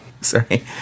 Sorry